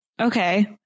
Okay